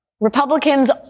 Republicans